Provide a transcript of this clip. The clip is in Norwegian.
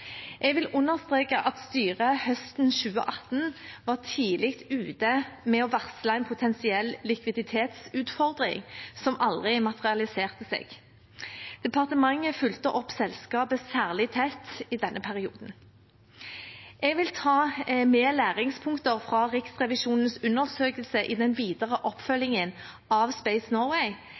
Jeg vil understreke at styret høsten 2018 var tidlig ute med å varsle en potensiell likviditetsutfordring som aldri materialiserte seg. Departementet fulgte opp selskapet særlig tett i denne perioden. Jeg vil ta med læringspunkter fra Riksrevisjonens undersøkelse i den videre oppfølgingen av Space Norway.